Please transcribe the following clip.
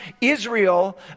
Israel